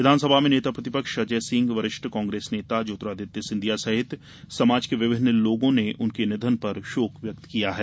विधानसभा में नेता प्रतिपक्ष अजय सिंह वरिष्ठ कांग्रेस नेता ज्योतिरादित्य सिंधिया सहित समाज के विभिन्न लोगों ने उनके निधन पर शोक व्यक्त किया है